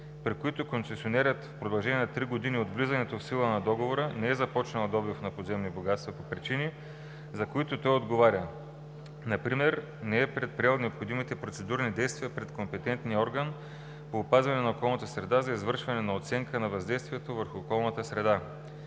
при които концесионерът в продължение на 3 години от влизането в сила на договора не е започнал добив на подземни богатства по причини, за които той отговаря (например не е предприел необходимите процедурни действия пред компетентния орган по опазване на околната среда за извършване на оценка на въздействието върху околната среда;